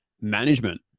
management